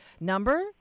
number